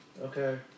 Okay